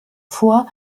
vor